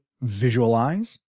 visualize